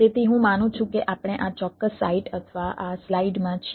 તેથી હું માનું છું કે આપણે આ ચોક્કસ સાઇટ હોઈ શકે